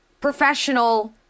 professional